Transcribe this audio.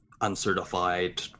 uncertified